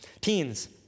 Teens